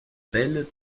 bell